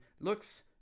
looks